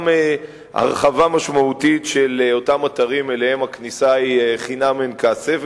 הרחבה משמעותית של אותם אתרים שהכניסה אליהם היא חינם אין כסף.